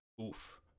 oof